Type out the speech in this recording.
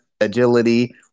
agility